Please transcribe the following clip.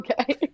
okay